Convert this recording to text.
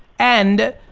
and,